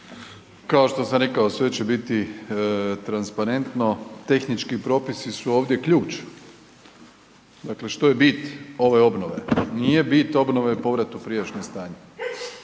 Kao što sam rekao, sve će biti transparentno, tehnički propisi su ovdje ključ. Dakle, što je bit ove obnove? Nije bit obnove povrat u prijašnje stanje,